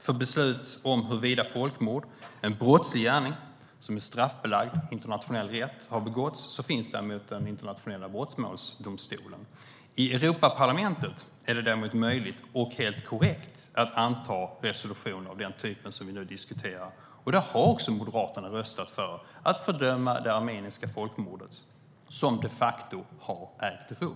För beslut om huruvida folkmord, som är en brottslig gärning som är straffbelagd i internationell rätt, har begåtts finns däremot den internationella brottmålsdomstolen. I Europaparlamentet är det däremot möjligt, och helt korrekt, att anta resolutioner av den typ som vi nu diskuterar. Och där har Moderaterna röstat för att fördöma det armeniska folkmordet, som de facto har ägt rum.